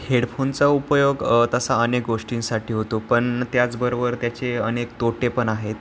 हेडफोनचा उपयोग तसा अनेक गोष्टींसाठी होतो पण त्याचबरोबर त्याचे अनेक तोटे पण आहेत